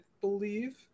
believe